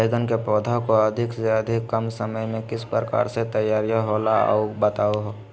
बैगन के पौधा को अधिक से अधिक कम समय में किस प्रकार से तैयारियां होला औ बताबो है?